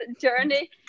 journey